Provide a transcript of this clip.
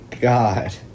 god